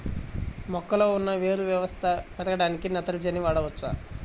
మొక్కలో ఉన్న వేరు వ్యవస్థ పెరగడానికి నత్రజని వాడవచ్చా?